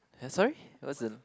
uh sorry what's the